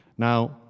Now